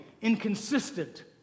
inconsistent